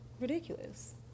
ridiculous